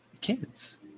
kids